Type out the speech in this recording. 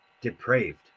depraved